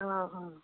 অঁ অঁ